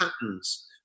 patterns